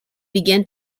began